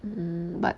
mm but